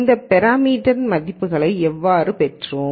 இந்த பேராமீட்டர் மதிப்புகளை எவ்வாறு பெற்றோம்